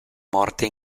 morte